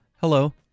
hello